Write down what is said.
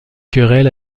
querelle